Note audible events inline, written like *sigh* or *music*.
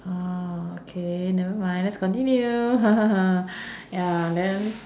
ah okay never mind let's continue *noise* ya then